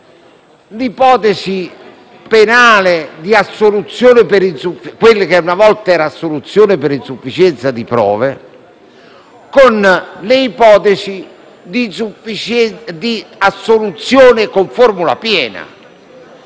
volta era assoluzione per insufficienza di prove, con le ipotesi di assoluzione con formula piena: